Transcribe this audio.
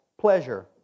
pleasure